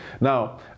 Now